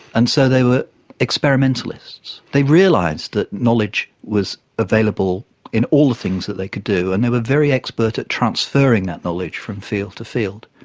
and so they were experimentalists. they realised that knowledge was available in all the things that they could do, and they were very expert at transferring that knowledge from field to field.